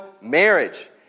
marriage